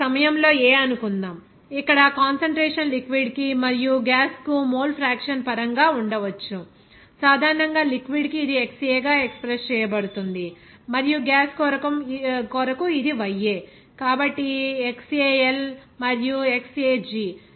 ఇప్పుడు ఒక సమయంలో A అనుకుందాం ఇక్కడ కాన్సంట్రేషన్ లిక్విడ్ కి మరియు గ్యాస్ కు మోల్ ఫ్రాక్షన్ పరంగా ఉండవచ్చు సాధారణంగా లిక్విడ్ కి ఇది XA గా ఎక్స్ప్రెస్ చేయబడుతుంది మరియు గ్యాస్ కొరకు ఇది YA కాబట్టి XAL మరియు XAG